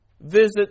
Visit